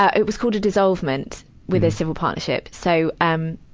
ah it was called a dissolvement with a civil partnership. so, um,